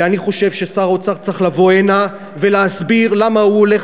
ואני חושב ששר האוצר צריך לבוא הנה ולהסביר למה הוא הולך